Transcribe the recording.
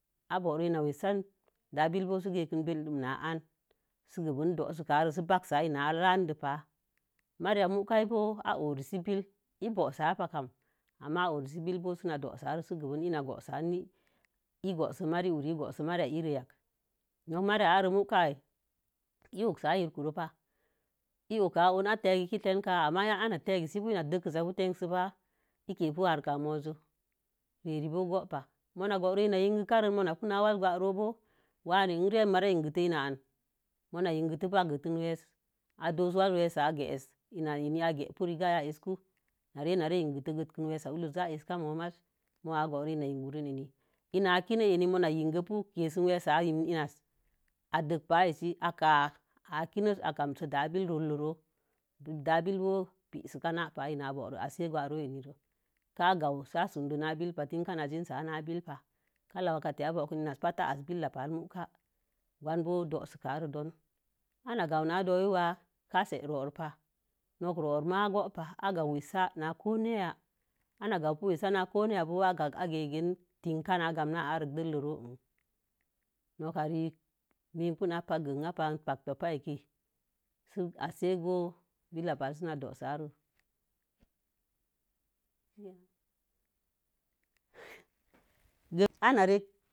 A bo'oron in na weesan, billək ma sə gegin gə beidun na'anan sə belnin do'osuka re sə ba'asare ina a'la'dei pa marri ē pi pa'a bo̱o̱ ao'oresə billək. ii bu'usapa kam. Ama a'awisə billək bobsa are ln na poosə det. In boso marii hur naki nok marriya are muka ahi lo'osa yerku ro pa iwuka o'onin ka. amma dəkin ka pu ikekə harkamozi re'are bo'o go'o ba'a pa. moogoro ina yenkə kəren ipina ipina yelki karon na pon ba'a wu re'a rea yelki tohu inan nakə yelki kə niə nəgetə na weesə ido sə wazih inna ē inkon nanre na yelkuh sə na resi na gintu weesə wulon za a'ka mo'o maiz muha bo'oroo ina yelgure a ni. lna ageneani na yelkə pu n asə weesə yelge asə a kigə pasə əsə. a kinee asie agansə da'a billək. Po'u təsika ha'a pa gwariari sə a gamsə a sundena bill kah kar tami kaina winsana bill pa. Kala wakə tina'a bokun nu wu'ana pakə asə billək muka gon boo dowukarək. Ina gamwu na kasa'h rohulin pa nokə rohalil ma'a gowu ba'a nok roulo'u ma gowu pa. i gam na kə wesa na kone. yelya ugei sə ai gak wesa'a nako neya kenken na gamna, na ko neyal dəllə roa'a. Nok karin mii in pina pakə gəyan pa topaki akei kon hillək palin boo si nadosare ga'a anrek